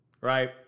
right